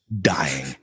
dying